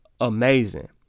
amazing